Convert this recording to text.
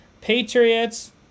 Patriots